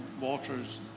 Walter's